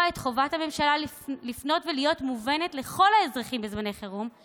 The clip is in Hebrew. את חובת הממשלה לפנות לכל האזרחים בזמני חירום ולהיות מובנת,